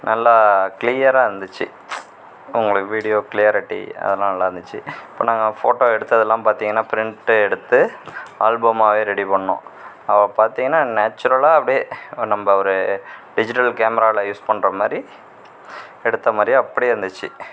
நல்லா கிளீயராக இருந்துச்சு உங்களுக்கு வீடியோ கிளாரிட்டி அதெல்லாம் நல்லாருந்துச்சு இப்போ நாங்கள் ஃபோட்டோ எடுத்ததெல்லாம் பார்த்திங்கன்னா பிரிண்ட்டு எடுத்து ஆல்பமாகவே ரெடி பண்ணோம் அப்போ பார்த்திங்கன்னா நேச்சுரலாக அப்படியே நம்ப ஒரு டிஜிட்டல் கேமராவில யூஸ் பண்ணுறமாரி எடுத்த மாதிரியே அப்படியே இருந்துச்சு